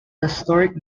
historic